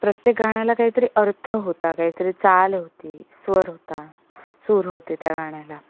प्रत्येक गाण्याला काहीतरी अर्थ होता काहीतरी चाल होती स्वर होता सूर होते त्या गाण्याला